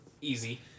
easy